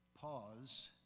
pause